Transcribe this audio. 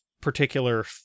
particular